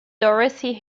dorothy